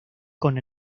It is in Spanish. con